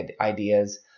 ideas